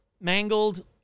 mangled